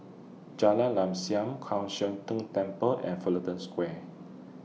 Jalan Lam Kwan Siang Tng Temple and Fullerton Square